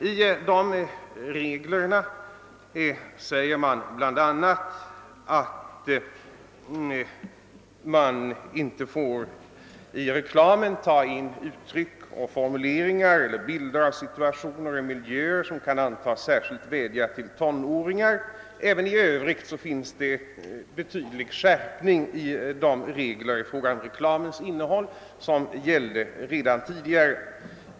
I dessa regler sägs det bl.a. att man i reklamen inte får ta in uttryck och formuleringar eller bilder av situationer och miljöer som kan antas särskilt vädja till tonåringar. Även i Övrigt finns en tydlig skärpning i de regler i fråga om reklamens innehåll som gälde redan tidigare.